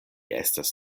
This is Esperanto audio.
estas